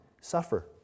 Suffer